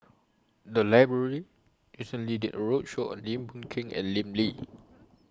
The Library recently did A roadshow on Lim Boon Keng and Lim Lee